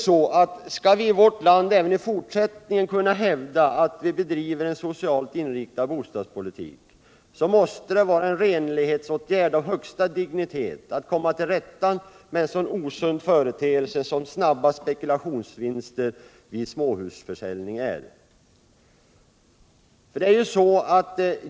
Skall vi i vårt land även I fortsättningen kunna hävda att vi bedriver en socialt inriktad bostadspolitik, måste det vara en renlighetsåtgärd av högsta dignitet att komma till rätta med en så osund företeelse som snabba spekulationsvinster vid småhusförsäljning.